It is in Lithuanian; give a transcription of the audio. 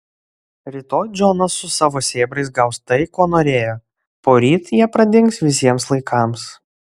rytoj džonas su savo sėbrais gaus tai ko norėjo poryt jie pradings visiems laikams